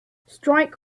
strike